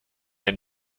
and